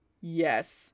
Yes